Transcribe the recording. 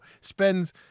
spends